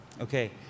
Okay